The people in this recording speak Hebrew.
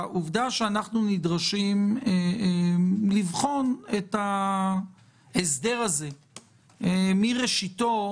העובדה שאנחנו נדרשים לבחון את ההסדר הזה מראשיתו